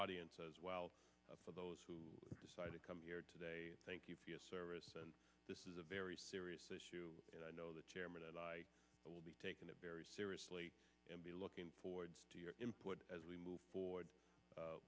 audience as well for those who decide to come here today thank you sir this is a very serious issue and i know the chairman and i will be taking it very seriously and be looking forward to your input as we move forward